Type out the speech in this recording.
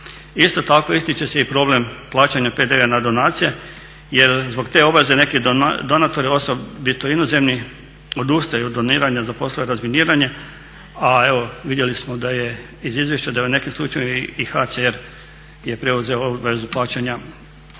Isto tako ističe se i problem plaćanja PDV-a na donacije jer zbog te obaveze neki donatori osobito inozemni odustaju od doniranja za poslove razminiranja a evo vidjeli smo da je iz izvješća da je u nekim slučajevima i HCR je preuzeo obvezu plaćanja PDV-a